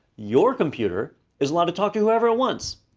your computer is allowed to talk to whoever it wants,